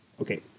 Okay